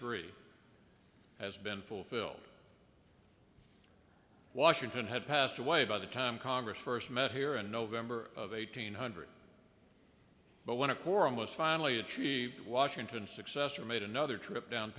three has been fulfilled washington had passed away by the time congress first met here and november of eighteen hundred but when a quorum was finally achieved washington successor made another trip down